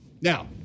Now